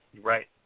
right